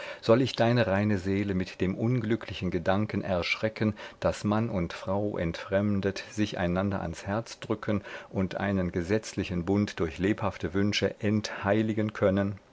soll ich deine reine seele mit dem unglücklichen gedanken erschrecken daß mann und frau entfremdet sich einander ans herz drücken und einen gesetzlichen bund durch lebhafte wünsche entheiligen können